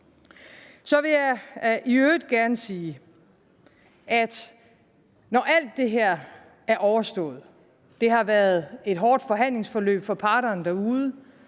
Så vil jeg i øvrigt gerne sige, at når alt det her er overstået – det har været et hårdt forhandlingsforløb for parterne derude,